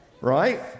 Right